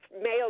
male